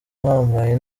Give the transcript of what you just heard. uhambaye